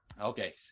Okay